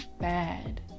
bad